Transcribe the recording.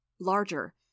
Larger